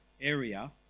area